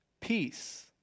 peace